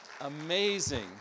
amazing